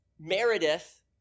Meredith